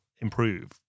improve